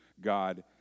God